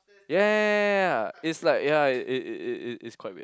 ya ya ya ya ya it's like ya it it it it's quite weird